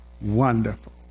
wonderful